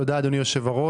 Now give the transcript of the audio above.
תודה, אדוני היו"ר.